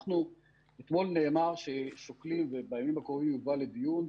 אתמול נאמר ששוקלים, ובימים הקרובים יובא לדיון,